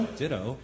ditto